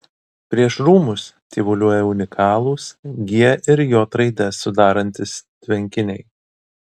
prieš rūmus tyvuliuoja unikalūs g ir j raides sudarantys tvenkiniai